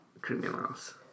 criminals